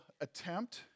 attempt